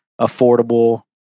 affordable